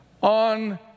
on